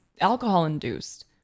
alcohol-induced